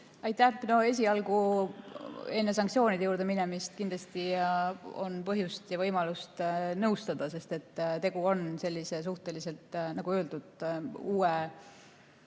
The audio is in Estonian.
Aitäh! No esialgu, enne sanktsioonide juurde minemist, kindlasti on põhjust ja võimalust nõustada, sest tegu on suhteliselt uue